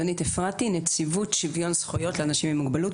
אני מנציבות שוויון זכויות לאנשים עם מוגבלות,